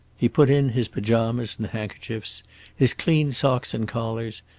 he put in his pajamas and handkerchiefs his clean socks and collars,